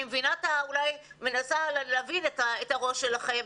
אני מנסה להבין את הראש שלכם.